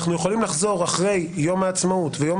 אנחנו יכולים לחזור אחרי יום העצמאות ואחרי